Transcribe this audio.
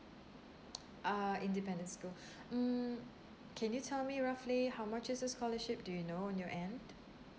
ah independent school mm can you tell me roughly how much is this scholarship do you know on your end